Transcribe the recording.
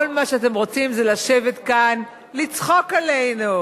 כל מה שאתם רוצים זה לשבת כאן, לצחוק עלינו.